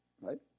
Right